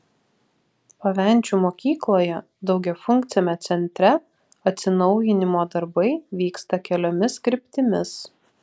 pavenčių mokykloje daugiafunkciame centre atsinaujinimo darbai vyksta keliomis kryptimis